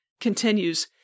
continues